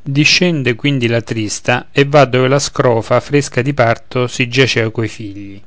discende quindi la trista e va dove la scrofa fresca di parto si giacea coi figli